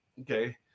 Okay